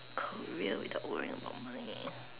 career without worrying about money